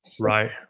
Right